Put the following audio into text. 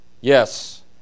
Yes